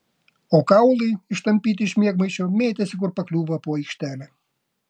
o kaulai ištampyti iš miegmaišio mėtėsi kur pakliūva po aikštelę